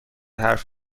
حرف